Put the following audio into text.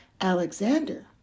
Alexander